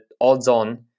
odds-on